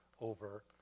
over